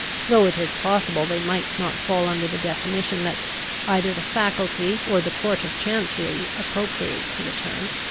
though it is possible they might not fall under the definition that either the faculty or the court of chancery appropriate to the term